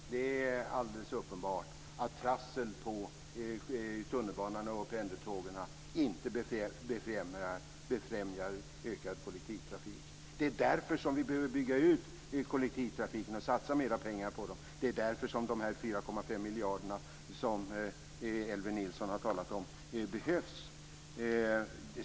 Fru talman! Det är alldeles uppenbart att trassel på tunnelbanan och pendeltågen inte befrämjar ökad kollektivtrafik. Det är därför som man behöver bygga ut kollektivtrafiken och satsa mer pengar på den. Det är därför de 4,5 miljarderna som Elwe Nilsson har talat om behövs.